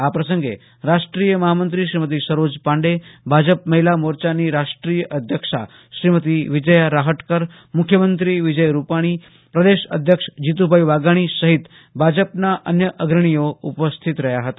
આ પ્રસંગે રાષ્ટ્રીય મહામંત્રી શ્રીમતી સરોજ પાંડે ભાજપ મહિલા મોરચાની રાષટ્રીય અધ્યક્ષા શ્રીમતી વિજયા શટકર મુખ્યમંત્રીશ્રી વિજય રૂપાણી પ્રદેશ અધ્યક્ષ જીતુભાઈ વાઘાણી સહિત ભાજપના અન્ય અગ્રણીઓ ઉપસ્થિત રહ્યા હતા